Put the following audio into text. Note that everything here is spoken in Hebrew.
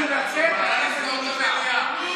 את יכולה לסגור את המליאה.